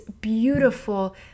beautiful